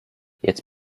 jetzt